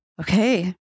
okay